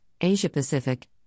Asia-Pacific